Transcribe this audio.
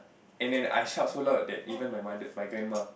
and and I shout so loud that even my mother my grandma